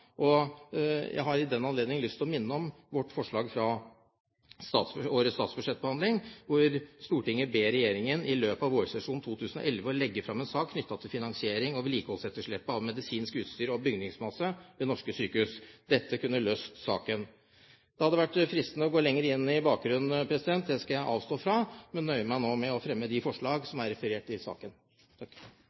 ta. Jeg har i den anledning lyst til å minne om vårt forslag fra årets statsbudsjettbehandling: «Stortinget ber regjeringen, i løpet av vårsesjonen 2011, legge frem en sak knyttet til finansiering av vedlikeholdsetterslepet av medisinsk utstyr og bygningsmasse ved norske sykehus.» Dette kunne løst saken. Det hadde vært fristende å gå lenger inn i bakgrunnen. Det skal jeg avstå fra. Jeg nøyer meg nå med å fremme det forslag som er referert i saken. Representanten Per Arne Olsen har tatt opp det forslag han refererte til.